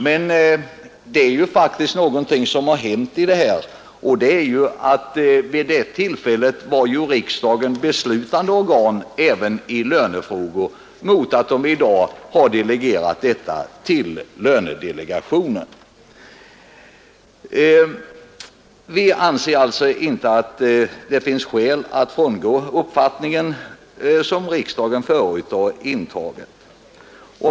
Men vid det tillfället var riksdagen beslutande organ även i lönefrågor, medan den i dag har delegerat detta till lönedelegationen. Vi anser alltså inte att det finns skäl att frångå den ståndpunkt som riksdagen tidigare har intagit.